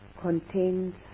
contains